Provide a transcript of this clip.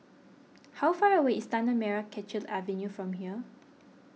how far away is Tanah Merah Kechil Avenue from here